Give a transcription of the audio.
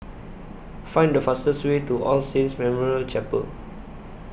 Find The fastest Way to All Saints Memorial Chapel